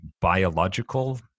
biological